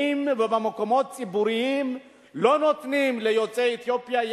ובמקומות ציבוריים לא נתנו ליוצאי אתיופיה,